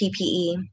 PPE